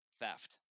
theft